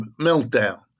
meltdown